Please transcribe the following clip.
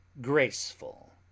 graceful